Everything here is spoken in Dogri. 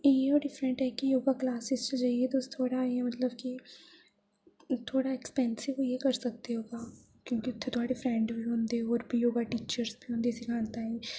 इ'यो डिफरेंट ऐ की योगा क्लॉसेज़ च जाइयै तुस थोह्ड़ा इ'यां मतलब कि थोह्ड़ा एक्सपेंसिव होइयै करी सकदे क्योंकि उ'त्थें थुआढ़े फ्रेंड बी होंदे ते होर बी योगा टीचर्स बी होंदे सखानै ताहीं